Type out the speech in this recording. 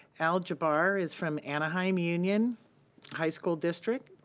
al jabar is from anaheim union high school district.